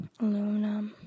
aluminum